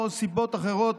או סיבות אחרות,